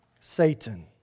Satan